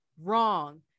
Wrong